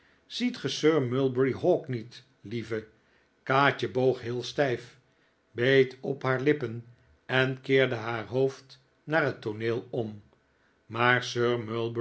ziet ge sir mulberry hawk niet lieve kaatje boog heel stijf beet op haar lippen en keerde haar hoofd naar het tooneel om maar sir mulberry